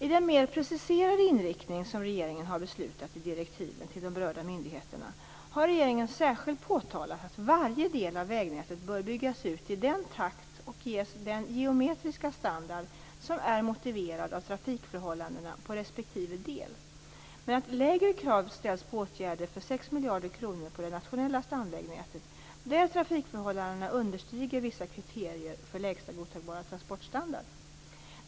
I den mer preciserade inriktning som regeringen har beslutat om i direktiven till de berörda myndigheterna har regeringen särskilt påtalat att varje del av vägnätet bör byggas ut i den takt och ges den geometriska standard som är motiverad av trafikförhållandena på respektive del, men att lägre krav ställs på åtgärder för 6 miljarder kronor på det nationella stamvägnätet där trafikförhållandena understiger vissa kriterier för lägsta godtagbara transportstandard.